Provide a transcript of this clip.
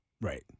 Right